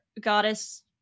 goddess